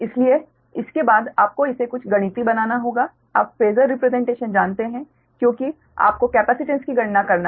इसलिए इसके बाद आपको इसे कुछ गणितीय बनाना होगा आप फेसर रिप्रेसेंटेशन जानते हैं क्योंकि आपको कैपेसिटेंस की गणना करना है